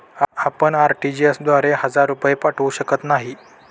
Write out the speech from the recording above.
आपण आर.टी.जी.एस द्वारे हजार रुपये पाठवू शकत नाही